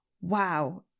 wow